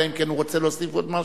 אלא אם כן הוא רוצה להוסיף עוד משהו.